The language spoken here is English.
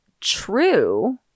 true